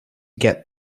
get